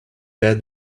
dead